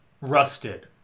Rusted